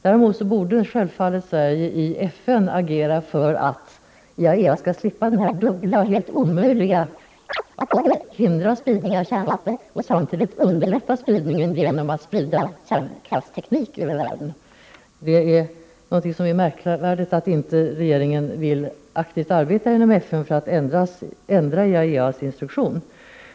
Däremot borde Sverige självfallet i FN agera för att IAEA skall slippa den dubbla och helt omöjliga rollen att både hindra spridning av kärnvapen och underlätta spridningen genom att föra ut kärnkraftteknik över världen. Det är märkligt att regeringen inte vill aktivt arbeta inom FN för att ändra IAEA:s instruktion.